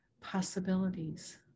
possibilities